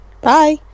Bye